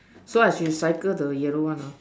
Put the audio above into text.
so I should circle the yellow one lah